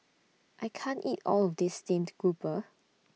I can't eat All of This Steamed Grouper